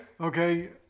Okay